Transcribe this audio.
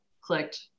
clicked